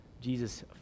Jesus